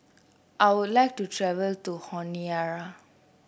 I would like to travel to Honiara